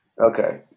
Okay